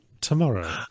tomorrow